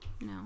No